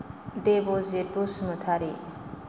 Debajit Basumatary